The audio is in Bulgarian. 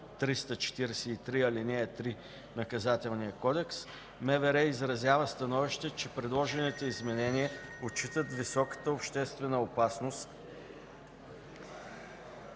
343, ал. 3 от Наказателния кодекс, МВР изразява становище, че предложените изменения отчитат високата обществена опасност